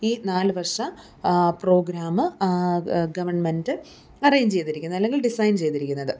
ഈ നാല് വർഷ പ്രോഗ്രാമ് ഗവൺമെൻ്റ് അറേഞ്ച് ചെയ്തിരിക്കുന്നു അല്ലെങ്കിൽ ഡിസൈൻ ചെയ്തിരിക്കുന്നത്